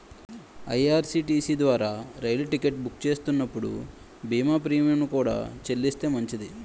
IRCTC ద్వారా రైలు ticket book చేస్తున్నప్పుడు బీమా ప్రీమియంను కూడా చెల్లిస్తే మంచిది